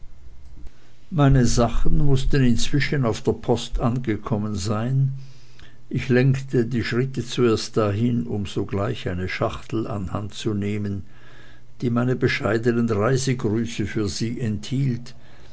meine sachen mußten inzwischen auf der post angekommen sein ich lenkte die schritte zuerst dahin um sogleich eine schachtel an hand zu nehmen die meine bescheidenen reisegrüße für sie enthielt